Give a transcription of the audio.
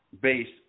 based